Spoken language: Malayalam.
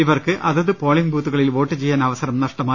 ഇവർക്ക് അതത് പോളിംഗ് ബൂത്തുക ളിൽ വോട്ട് ചെയ്യാൻ അവസരം നഷ്ടമായി